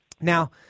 Now